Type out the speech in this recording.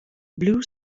blue